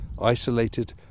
Isolated